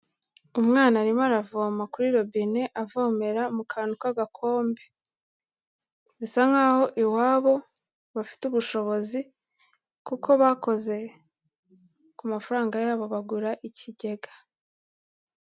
Umwana arimo aravoma kuri robine avomera mu kantu k'agakombe. Bisa nkaho iwabo bafite ubushobozi kuko bakoze ku mafaranga yabo bagura ikigega.